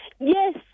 Yes